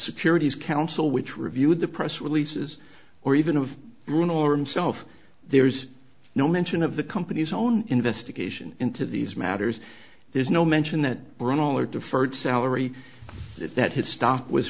securities counsel which reviewed the press releases or even of one or him self there's no mention of the company's own investigation into these matters there's no mention that brunel or deferred salary that his stock was